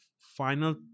Final